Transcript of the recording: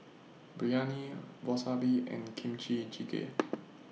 Biryani Wasabi and Kimchi Jjigae